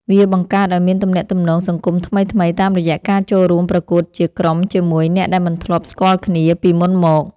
វាបង្កើតឱ្យមានទំនាក់ទំនងសង្គមថ្មីៗតាមរយៈការចូលរួមប្រកួតជាក្រុមជាមួយអ្នកដែលមិនធ្លាប់ស្គាល់គ្នាពីមុនមក។